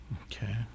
okay